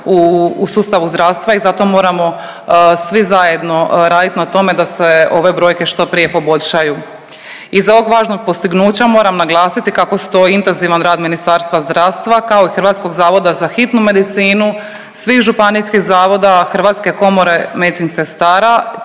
u sustavu zdravstva i zato moramo svi zajedno radit na tome da se ove brojke što prije poboljšaju. Iza ovog važnog postignuća moram naglasiti kako stoji intenzivan rad Ministarstva zdravstva kao i Hrvatskog zavoda za hitnu medicinu, svih županijskih zavoda, Hrvatske komore medicinskih sestara